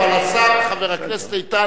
אבל השר חבר הכנסת איתן,